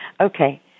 okay